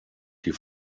die